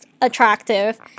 attractive